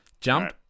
Jump